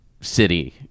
city